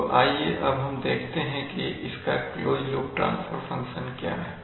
तो आइए अब हम देखते हैं कि इसका क्लोज लूप ट्रांसफर फंक्शन क्या है